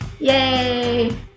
Yay